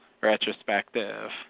retrospective